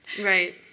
Right